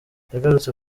yagarutse